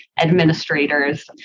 administrators